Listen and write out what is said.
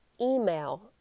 email